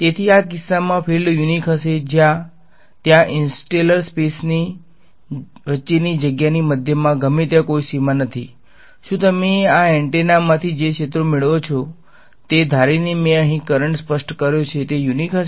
તેથી આ કિસ્સામાં ફીલ્ડ યુનીક હશે ત્યાં ઈંસ્ટેલર સ્પેસની વચ્ચેની જગ્યાની મધ્યમાં ગમે ત્યાં કોઈ સીમા નથી શું તમે આ એન્ટેનામાંથી જે ક્ષેત્રો મેળવો છો તે ધારીને મેં અહીં કરંટ સ્પષ્ટ કર્યો છે તે યુનીક હશે